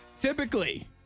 typically